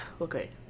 okay